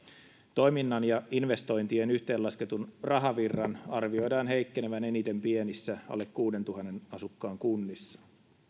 toiminnan ja investointien yhteenlasketun rahavirran arvioidaan heikkenevän eniten pienissä alle kuuteentuhanteen asukkaan kunnissa